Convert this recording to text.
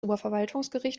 oberverwaltungsgericht